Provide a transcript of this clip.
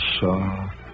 soft